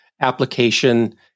application